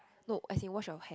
no as in wash your hair